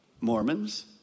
Mormons